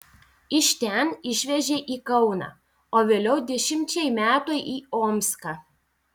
iš ten išvežė į kauną o vėliau dešimčiai metų į omską